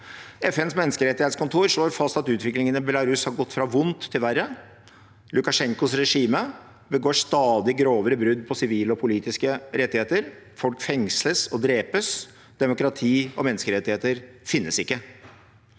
FNs menneskerettighetskontor slår fast at utviklingen i Belarus har gått fra vondt til verre. Lukasjenkos regime begår stadig grovere brudd på sivile og politiske rettigheter. Folk fengsles og drepes. Demokrati og menneskerettigheter finnes ikke.